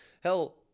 Hell